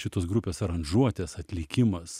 šitos grupės aranžuotės atlikimas